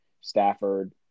Stafford